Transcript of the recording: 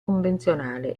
convenzionale